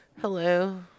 Hello